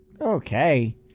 Okay